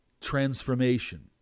transformation